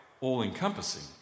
all-encompassing